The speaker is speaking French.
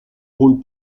rôle